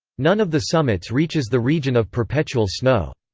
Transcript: none of the summits reaches the region of perpetual snow.